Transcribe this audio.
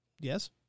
Yes